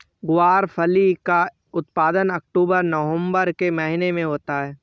ग्वारफली का उत्पादन अक्टूबर नवंबर के महीने में होता है